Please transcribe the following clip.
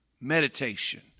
meditation